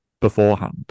beforehand